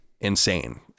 insane